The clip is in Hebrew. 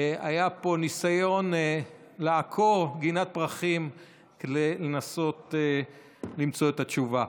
היה פה ניסיון לעקור גינת פרחים לנסות למצוא את התשובה.